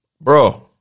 Bro